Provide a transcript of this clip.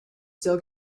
still